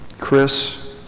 Chris